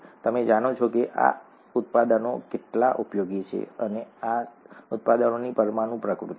તમે જાણો છો કે આ ઉત્પાદનો કેટલા ઉપયોગી છે અને આ આ ઉત્પાદનોની પરમાણુ પ્રકૃતિ છે